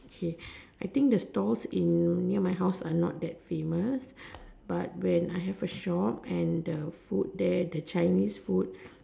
okay I think the stalls in near my house are not that famous but when I have a shop and the food there the Chinese food